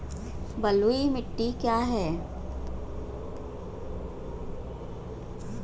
बलुई मिट्टी क्या है?